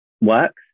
works